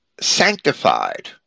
sanctified